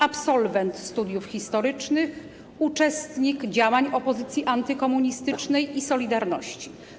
Absolwent studiów historycznych, uczestnik działań opozycji antykomunistycznej i „Solidarności”